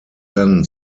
then